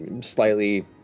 slightly